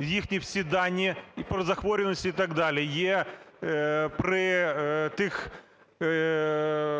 їхні всі дані і про захворювання, і так далі. Є при тих,